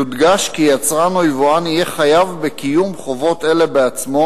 יודגש כי יצרן או יבואן יהיה חייב בקיום חובות אלה בעצמו,